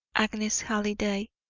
agnes halliday,